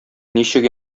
ничек